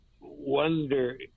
wonder –